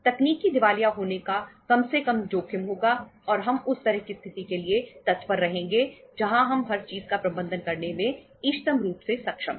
तकनीकी दिवालिया होने का कम से कम जोखिम होगा और हम उस तरह की स्थिति के लिए तत्पर रहेंगे जहां हम हर चीज का प्रबंधन करने में इष्टतम रूप से सक्षम हैं